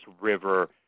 river